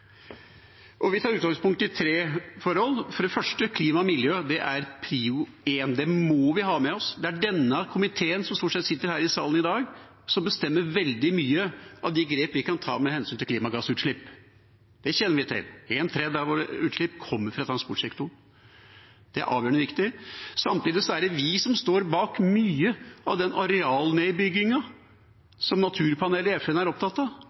Vi tar utgangspunkt i tre forhold – for det første: klima og miljø. Det er prioritet nummer én. Det må vi ha med oss. Det er denne komiteen som stort sett sitter her i salen i dag, som bestemmer veldig mange av de grep vi kan ta med hensyn til klimagassutslipp. Det kjenner vi til. En tredjedel av våre utslipp kommer fra transportsektoren. Det er avgjørende viktig. Samtidig er det vi som står bak mye av den arealnedbyggingen som naturpanelet i FN er opptatt av.